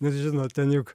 bet žinot ten juk